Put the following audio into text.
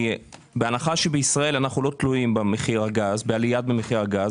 בהנחה שבישראל אנחנו לא תלויים בעלייה במחיר הגז,